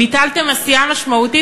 ביטלתם עשייה משמעותית,